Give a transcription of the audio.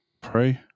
pray